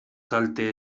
kalte